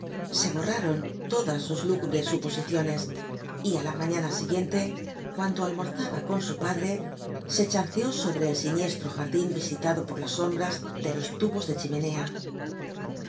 se borraron todas sus lúgubres suposiciones y á la mañana siguiente cuando almorzaba con su padre se chanceó sobre el siniestro jardin visitado por las sombras de los tubos de chimenea